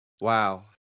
Wow